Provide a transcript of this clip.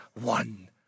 one